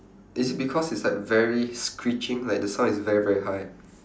is it because it's like very screeching like the sound is very very high